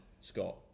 Scott